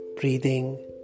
breathing